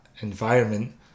environment